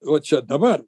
o čia dabar